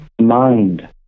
mind